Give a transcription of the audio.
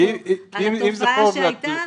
על תופעה שהייתה,